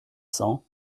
cent